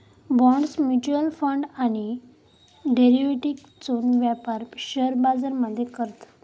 bonds, mutual fund आणि डेरिव्हेटिव्ह्जचो व्यापार पण शेअर बाजार मध्ये करतत